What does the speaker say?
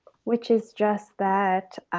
which is just that.